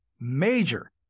major